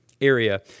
area